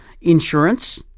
Insurance